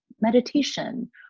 meditation